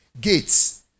Gates